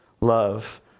Love